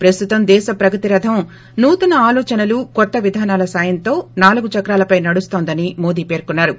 ప్రస్తుతం దేశ ప్రగతి రధం నూతన ఆలోచనలు కొత్తోవీధానాల సాయంతో నాలుగు చక్రాలపై నడుస్తోందని మోదీ పేర్కొన్నారు